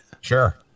Sure